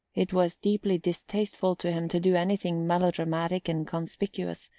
it was deeply distasteful to him to do anything melodramatic and conspicuous,